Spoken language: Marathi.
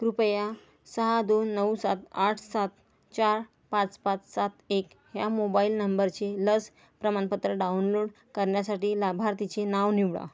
कृपया सहा दोन नऊ सात आठ सात चार पाच पाच सात एक ह्या मोबाईल नंबरचे लस प्रमाणपत्र डाउनलोड करण्यासाठी लाभार्थीचे नाव निवडा